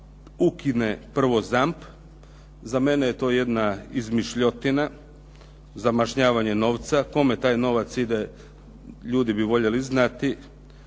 ukine prvo ZAMP, za mene je to jedna izmišljotina za mažnjavanje novca. Kome taj novac ide, ljudi bi voljeli znati.